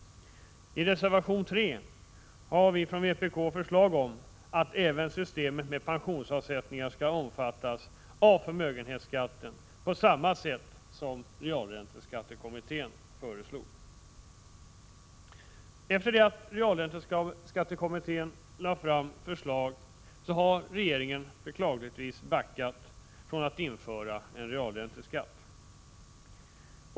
I reservation 3 har vi från vpk förslag om att systemet med pensionsavsättningar skall omfattas av förmögenhetsskatten på det sätt som realränteskattekommittén föreslog. Efter det att realränteskattekommittén lade fram sitt förslag har regeringen beklagligtvis backat från tanken på att införa en realränteskatt.